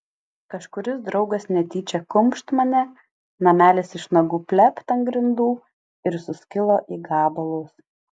kažkuris draugas netyčią kumšt mane namelis iš nagų plept ant grindų ir suskilo į gabalus